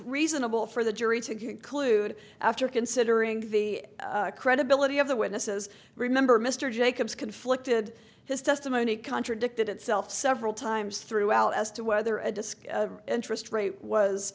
reasonable for the jury to collude after considering the credibility of the witnesses remember mr jacobs conflicted his testimony contradicted itself several times throughout as to whether a disc interest rate was